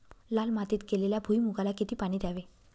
लाल मातीत केलेल्या भुईमूगाला किती पाणी द्यावे?